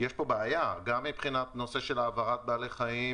יש פה בעיה; גם בנושא של העברת בעלי חיים